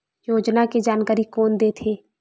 योजना के जानकारी कोन दे थे?